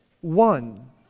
one